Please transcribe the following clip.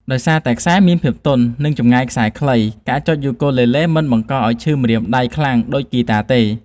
ដោយសារតែខ្សែមានភាពទន់ និងចម្ងាយខ្សែខ្លី ការចុចខ្សែយូគូលេលេមិនបង្កឲ្យឈឺម្រាមដៃខ្លាំងដូចហ្គីតាទេ។